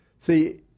See